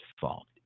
fault